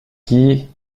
qui